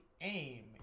aim